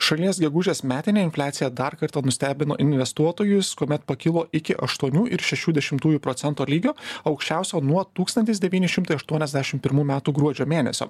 šalies gegužės metinė infliacija dar kartą nustebino investuotojus kuomet pakilo iki aštuonių ir šešių dešimtųjų procento lygio aukščiausio nuo tūkstantis devyni šimtai aštuoniasdešim pirmų metų gruodžio mėnesio